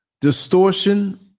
Distortion